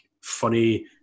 funny